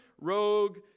rogue